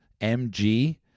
MG